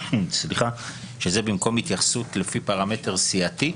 שזה במקום התייחסות לפי פרמטר סיעתי,